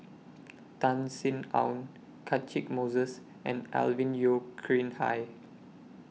Tan Sin Aun Catchick Moses and Alvin Yeo Khirn Hai